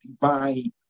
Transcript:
divine